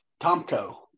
Tomco